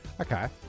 Okay